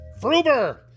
Fruber